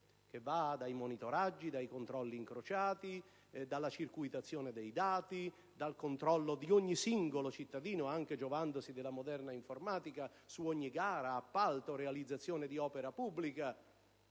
che va dai monitoraggi, dai controlli incrociati, dalla circuitazione dei dati, dal controllo di ogni singolo cittadino anche giovandosi della moderna informatica su ogni gara, appalto o realizzazione di opera pubblica.